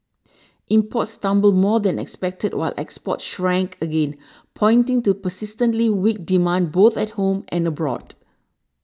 imports tumbled more than expected while exports shrank again pointing to persistently weak demand both at home and abroad